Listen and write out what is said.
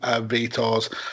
vetoes